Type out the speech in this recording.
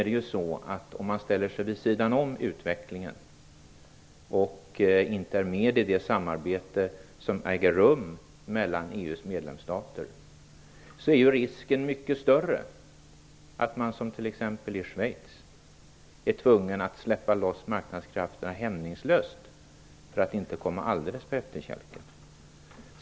Men om man ställer sig vid sidan om utvecklingen och inte är med i det samarbete som äger rum mellan EU:s medlemsstater, är risken mycket större för att man som t.ex. i Schweiz är tvungen att hämningslöst släppa loss marknadskrafterna, för att inte komma alldeles på efterkälken.